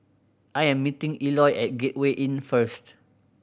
I am meeting Eloy at Gateway Inn first